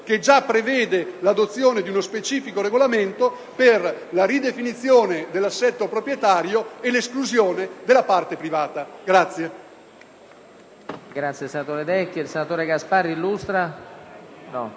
che già prevede l'adozione di uno specifico regolamento per la ridefinizione dell'assetto proprietario e l'esclusione della parte privata.